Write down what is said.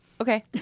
okay